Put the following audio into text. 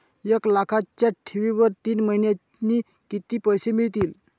एक लाखाच्या ठेवीवर तीन महिन्यांनी किती पैसे मिळतील?